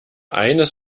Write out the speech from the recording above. eines